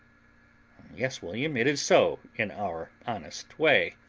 yes, william, it is so, in our honest way.